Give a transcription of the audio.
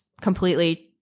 completely